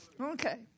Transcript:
Okay